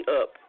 up